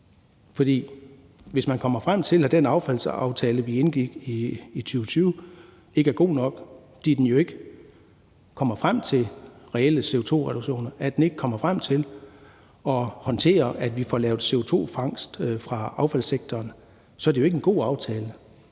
hvis man kommer frem til, at den affaldsaftale, vi indgik i 2020, ikke er god nok, fordi den jo ikke kommer frem til reelle CO2-reduktioner og den ikke kommer frem til at håndtere, at vi får lavet CO2-fangst fra affaldssektoren, så er det jo ikke en god aftale,